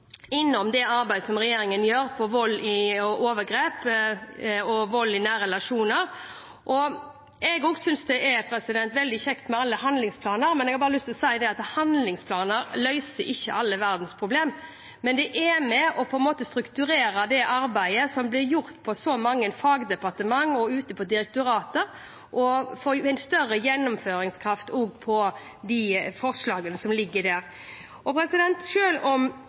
innom arbeidet som regjeringen gjør knyttet til vold og overgrep og vold i nære relasjoner. Jeg synes også det er veldig kjekt med alle handlingsplaner, men har bare lyst til å si at handlingsplaner ikke løser alle verdens problemer. De er imidlertid med på å strukturere arbeidet som blir gjort i mange fagdepartementer og direktorater, og de gir forslagene som ligger der, større